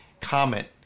Comment